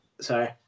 Sorry